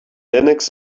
linux